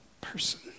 person